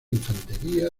infantería